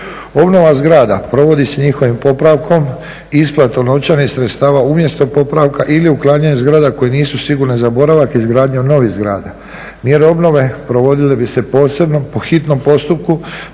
Obnova zgrada provodi se njihovim popravkom, isplatom novčanih sredstva umjesto popravka ili uklanjanje zgrada koje nisu sigurne za boravak i izgradnju novih zgrada. Mjere obnove provodile bi se posebno po hitnom postupku